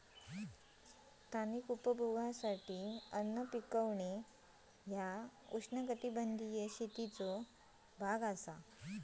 स्थानिक उपभोगासाठी अन्न पिकवणा ह्या उष्णकटिबंधीय शेतीचो भाग असा